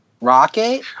Rocket